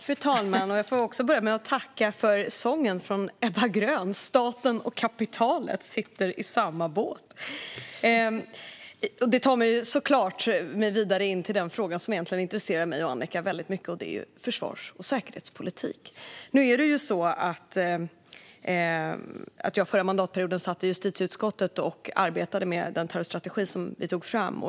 Fru talman! Jag vill börja med att tacka för sången av Ebba Grön: Staten och kapitalet sitter i samma båt. Detta tar mig såklart vidare in på den fråga som intresserar mig och Annicka väldigt mycket, nämligen försvars och säkerhetspolitik. Förra mandatperioden satt jag i justitieutskottet och arbetade med den terrorstrategi som vi tog fram.